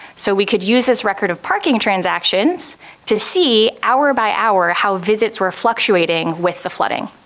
so we could use this record of parking transactions to see hour by hour how visits were fluctuating with the flooding.